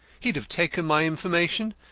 he'd have taken my information,